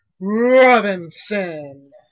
Robinson